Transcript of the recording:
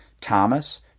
Thomas